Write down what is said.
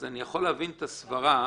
אני יכול להבין את הסברה